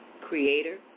Creator